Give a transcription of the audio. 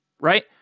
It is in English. right